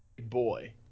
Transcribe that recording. boy